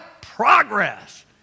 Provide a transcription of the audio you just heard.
progress